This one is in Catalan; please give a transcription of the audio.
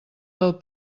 del